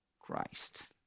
Christ